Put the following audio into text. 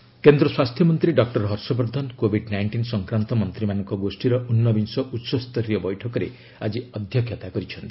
ବର୍ଦ୍ଧନ meeting କେନ୍ଦ୍ର ସ୍ୱାସ୍ଥ୍ୟ ମନ୍ତ୍ରୀ ଡକୁର ହର୍ଷବର୍ଦ୍ଧନ କୋଭିଡ୍ ନାଇଷ୍ଟିନ୍ ସଂକ୍ରାନ୍ତ ମନ୍ତ୍ରୀମାନଙ୍କ ଗୋଷ୍ଠୀର ଊନ୍ନବିଂଶ ଉଚ୍ଚସ୍ତରୀୟ ବୈଠକରେ ଆଜି ଅଧ୍ୟକ୍ଷତା କରିଛନ୍ତି